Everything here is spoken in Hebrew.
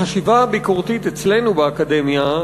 החשיבה הביקורתית אצלנו באקדמיה,